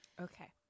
Okay